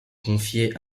confiée